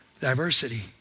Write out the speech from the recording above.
diversity